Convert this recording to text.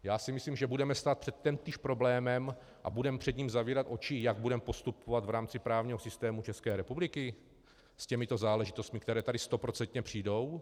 Já si myslím, že budeme stát před týmž problémem a budeme před ním zavírat oči, jak budeme postupovat v rámci právního systému České republiky s těmito záležitostmi, které stoprocentně přijdou.